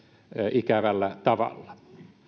ikävällä tavalla